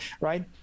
right